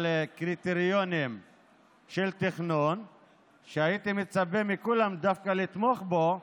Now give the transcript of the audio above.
קריטריונים של תכנון שהייתי מצפה מכולם דווקא לתמוך בו,